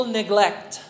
neglect